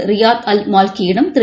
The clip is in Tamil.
ரியாத் அல் மால்கியிடம் திரு